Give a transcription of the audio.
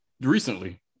recently